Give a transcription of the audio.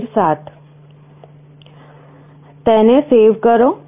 તેને સેવ કરો